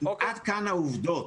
עד כאן העובדות.